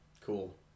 Cool